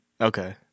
Okay